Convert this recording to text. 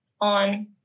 on